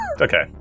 Okay